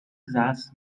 saß